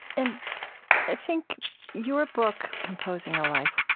and i think your book, composing a life